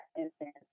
instance